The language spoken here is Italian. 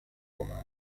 romana